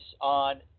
on